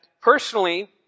personally